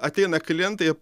ateina klientai